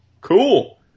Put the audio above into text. Cool